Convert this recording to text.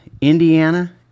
Indiana